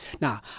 Now